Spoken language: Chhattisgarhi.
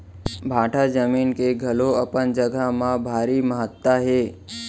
भाठा जमीन के घलौ अपन जघा म भारी महत्ता हे